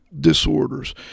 disorders